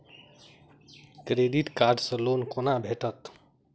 Credit card सँ loan कोना भेटत?